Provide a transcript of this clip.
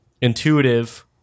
intuitive